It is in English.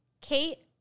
Kate